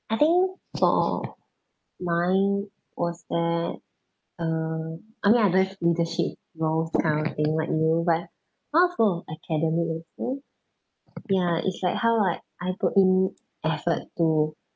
I think for mine was that uh I mean I don't have leadership nor talent the thing like you but a house full of academic you see it's like how I I put in effort to